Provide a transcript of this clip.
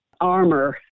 armor